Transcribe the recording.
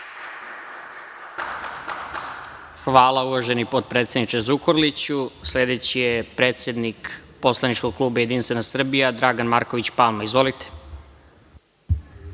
Hvala, uvaženi potpredsedniče Zukorliću. Sledeći je predsednik poslaničkog kluba Jedinstvena Srbija Dragan Marković Palma. Izvolite. **Dragan